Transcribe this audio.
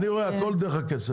אני רואה שהכול דרך הכסף.